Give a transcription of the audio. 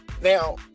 Now